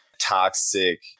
toxic